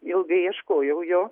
ilgai ieškojau jo